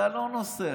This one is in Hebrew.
אתה לא נוסע.